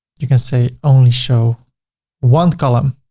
you can say only show one column